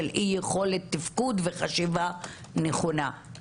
של אי יכולת תפקוד וחשיבה נכונה.